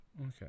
okay